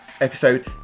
episode